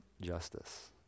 justice